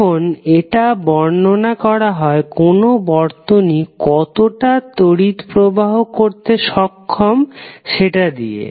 এখন এটা বর্ণনা করা হয় কোন বর্তনী কতটা তড়িৎ প্রবাহ করতে সক্ষম সেটা দিয়ে